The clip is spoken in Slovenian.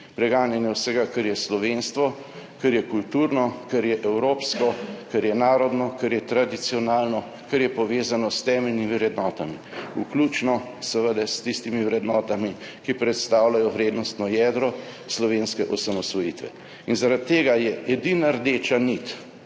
preganjanje vsega, kar je slovenstvo, kar je kulturno, kar je evropsko, kar je narodno, kar je tradicionalno, kar je povezano s temeljnimi vrednotami, vključno seveda s tistimi vrednotami, ki predstavljajo vrednostno jedro slovenske osamosvojitve. In zaradi tega je edina rdeča nit,